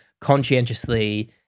conscientiously